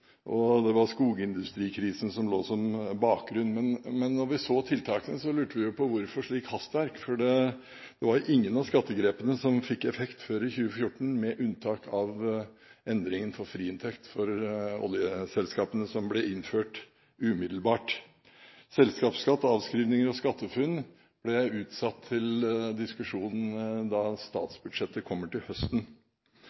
og det var skogindustrikrisen som lå som bakgrunn. Men da vi så tiltakene, lurte vi på hvorfor slikt hastverk, for ingen av skattegrepene ville få effekt før i 2014, med unntak av endringen for friinntekt for oljeselskapene, som ble innført umiddelbart. Debatten om selskapsskatt, avskrivninger og SkatteFUNN er utsatt til